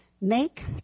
make